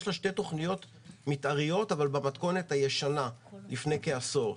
יש לה שתי תכניות מתאריות אבל במתכונת הישנה לפני כעשור.